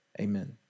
Amen